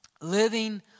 Living